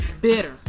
bitter